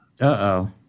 Uh-oh